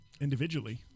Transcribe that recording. Individually